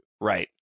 Right